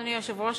אדוני היושב-ראש,